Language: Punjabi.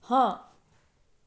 ਹਾਂ